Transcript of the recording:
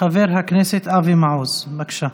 חבר הכנסת אבי מעוז, בבקשה.